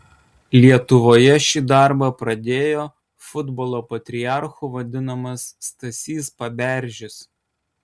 lietuvoje šį darbą pradėjo futbolo patriarchu vadinamas stasys paberžis